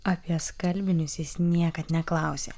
apie skalbinius jis niekad neklausė